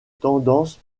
tendance